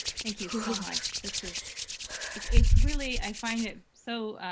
thank you so much. this is it's it's really i find it so